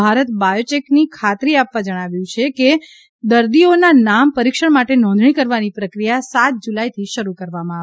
ભારત બાયોટેકને ખાતરી આપવા જણાવ્યું છે કે દર્દીઓનાં નામ પરીક્ષણ માટે નોંધણી કરવાની પ્રક્રિયા સાત જુલાઇથી શરૂ કરવામાં આવે